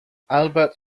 albert